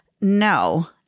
No